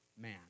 man